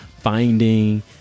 finding